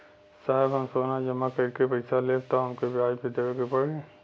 साहब हम सोना जमा करके पैसा लेब त हमके ब्याज भी देवे के पड़ी?